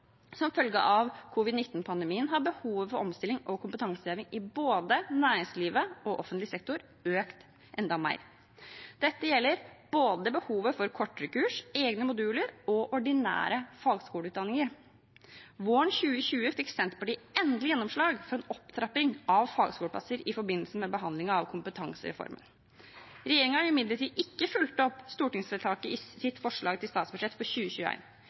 Som følge av covid-19-pandemien har behovet for omstilling og kompetanseheving i både næringslivet og offentlig sektor økt enda mer. Dette gjelder både behovet for kortere kurs, egne moduler og ordinære fagskoleutdanninger. Våren 2020 fikk Senterpartiet endelig gjennomslag for en opptrapping av fagskoleplasser i forbindelse med behandlingen av kompetansereformen. Regjeringen har imidlertid ikke fulgt opp stortingsvedtaket i sitt forslag til statsbudsjett for